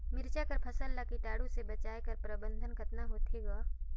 मिरचा कर फसल ला कीटाणु से बचाय कर प्रबंधन कतना होथे ग?